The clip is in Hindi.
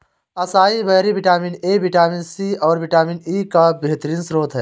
acai berry vitamin A, vitamin C, और विटामिन ई का बेहतरीन स्त्रोत है